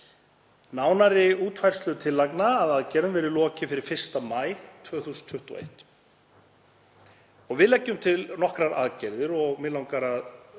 Nánari útfærslu tillagna að aðgerðum verði lokið fyrir 1. maí 2021. Við leggjum til nokkrar aðgerðir og mig langar að